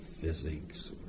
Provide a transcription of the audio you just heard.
physics